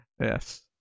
yes